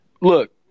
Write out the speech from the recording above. Look